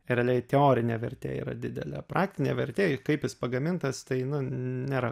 realiai teorinė vertė yra didelė praktinė vertė kaip jis pagamintas tai nu nėra